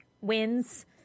wins